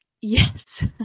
Yes